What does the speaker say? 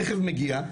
הרכב מגיע,